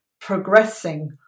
progressing